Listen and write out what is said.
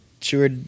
sure